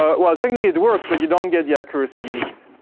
ah well technically it works but you don't get the accuracy you need.